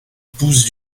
pouce